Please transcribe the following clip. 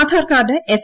Aadhaar card S